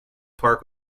park